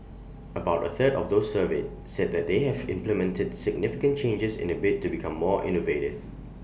about A third of those surveyed said that they have implemented significant changes in A bid to become more innovative